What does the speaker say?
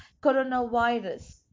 coronavirus